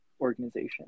organization